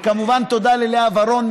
וכמובן תודה ללאה ורון,